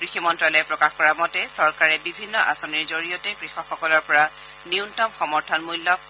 কৃষি মন্তালয়ে প্ৰকাশ কৰা মতে চৰকাৰে বিভিন্ন আঁচনিৰ জৰিয়তে কৃষকসকলৰ পৰা ন্যনতম সমৰ্থন মূল্যত